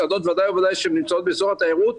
מסעדות בוודאי ובוודאי שנמצאות באזור התיירות,